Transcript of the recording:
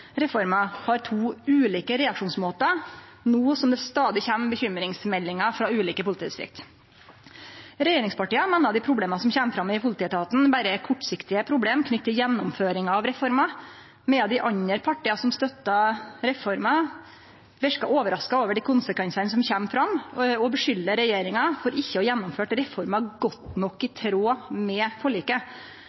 reforma, har to ulike reaksjonsmåtar no som det stadig kjem bekymringsmeldingar frå ulike politidistrikt. Regjeringspartia meiner dei problema som kjem fram i politietaten, berre er kortsiktige problem knytte til gjennomføringa av reforma, medan dei andre partia som støtta reforma, verkar overraska over dei konsekvensane som kjem fram, og skuldar regjeringa for ikkje å ha gjennomført reforma godt nok i tråd med forliket.